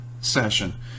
session